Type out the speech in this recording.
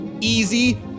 easy